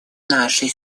нашей